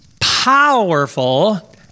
powerful